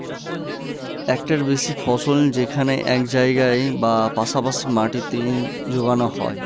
একটার বেশি ফসল যেখানে একই জায়গায় বা পাশা পাশি মাটিতে যোগানো হয়